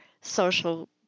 social